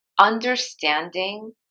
understanding